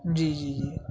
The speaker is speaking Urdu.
جی جی جی